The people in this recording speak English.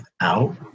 out